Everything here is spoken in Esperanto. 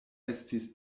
estis